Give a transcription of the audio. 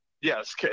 yes